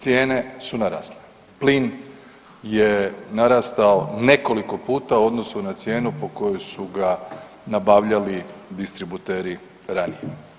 Cijene su narasle, plin je narastao nekoliko puta u odnosu na cijenu po kojoj su ga nabavljali distributeri ranije.